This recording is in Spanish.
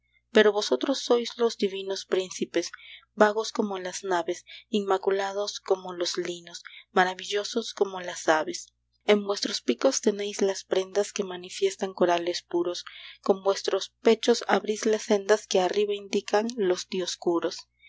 pero vosotros sois los divinos príncipes vagos como las naves inmaculados como los linos maravillosos como las aves en vuestros picos tenéis las prendas que manifiestan corales puros con vuestros pechos abrís las sendas que arriba indican los dioscuros las